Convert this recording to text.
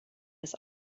des